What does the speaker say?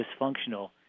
dysfunctional